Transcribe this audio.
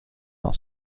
not